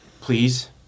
please